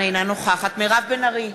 אינה נוכחת מירב בן ארי,